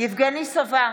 יבגני סובה,